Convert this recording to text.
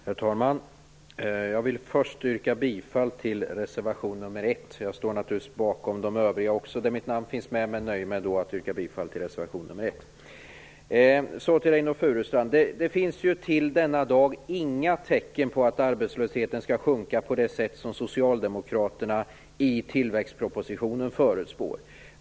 Herr talman! Jag vill först yrka bifall till reservation nr 1. Jag står naturligtvis också bakom de övriga reservationer där mitt namn finns med, men nöjer mig med att yrka bifall till reservation nr 1. Till Reynoldh Furustrand vill jag säga att det till denna dag inte finns några tecken på att arbetslösheten skall sjunka på det sätt som Socialdemokraterna förutspår i tillväxtpropositionen.